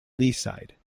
leaside